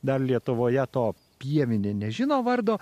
dar lietuvoje to pievinė nežino vardo